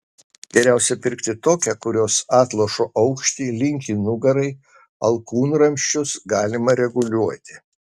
geriausiai pirkti tokią kurios atlošo aukštį linkį nugarai alkūnramsčius galima reguliuoti